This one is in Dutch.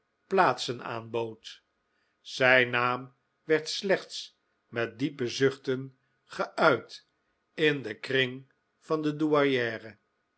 zijn naam werd slechts met diepe zuchten geuit in den kring van de